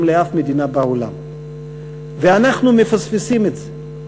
לאף מדינה בעולם ואנחנו מפספסים את זה.